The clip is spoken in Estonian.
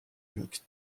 üheks